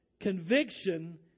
Conviction